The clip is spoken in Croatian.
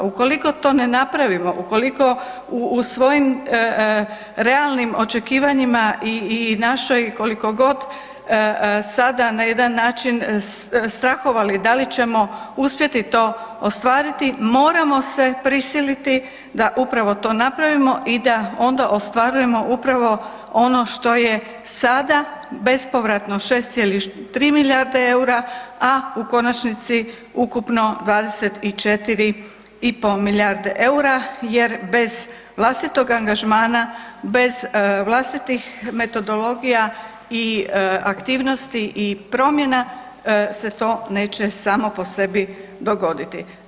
Ukoliko to ne napravimo, ukoliko u svojim realnim očekivanjima i našoj koliko god sada na jedan način strahovali, da li ćemo uspjeti to ostvariti, moramo se prisiliti da upravo to napravimo i da onda ostvarujemo upravo ono što je sada bespovratno 6,3 milijarde eura a u konačnici ukupno 24,5 milijarde eura jer bez vlastitog angažmana, bez vlastitih metodologija i aktivnosti i promjena se to neće samo po sebi dogoditi.